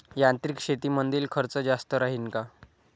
यांत्रिक शेतीमंदील खर्च जास्त राहीन का?